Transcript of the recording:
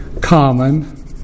common